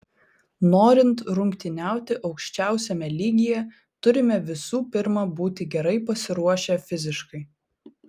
norint rungtyniauti aukščiausiame lygyje turime visų pirma būti gerai pasiruošę fiziškai